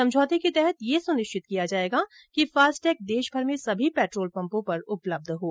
समझौते के तहत ये सुनिश्चित किया जायेगा कि फास्टैग देशभर में सभी पेट्रोल पम्पों पर उपलब्ध हों